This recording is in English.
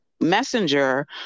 messenger